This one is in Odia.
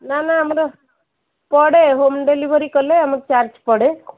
ନା ନା ଆମର ପଡ଼େ ହୋମ୍ ଡେଲିଭରି କଲେ ଆମକୁ ଚାର୍ଜ ପଡ଼େ